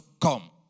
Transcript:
come